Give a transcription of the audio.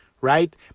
Right